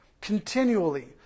continually